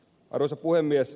arvoisa puhemies